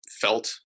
felt